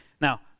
Now